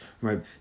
right